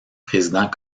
président